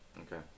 okay